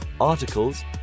articles